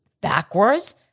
backwards